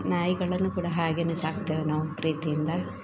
ನಾಯಿಗಳನ್ನು ಕೂಡ ಹಾಗೆಯೇ ಸಾಕ್ತೇವೆ ನಾವು ಪ್ರೀತಿಯಿಂದ